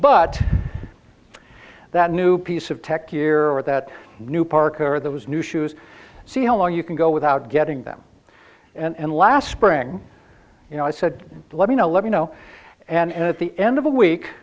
but that new piece of tech year with that new parker those new shoes see how long you can go without getting them and last spring i said let me know let me know and at the end of the week